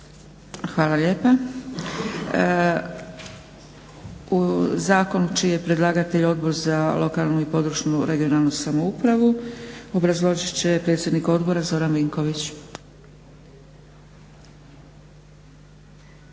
Hvala lijepa. U zakon čiji je predlagatelj Odbor za lokalnu i područnu (regionalnu) samoupravu obrazložit će predsjednik odbora Zoran Vinković.